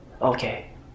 Okay